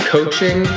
Coaching